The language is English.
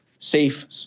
safe